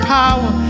power